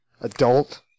Adult